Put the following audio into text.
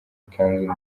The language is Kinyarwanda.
ikanzu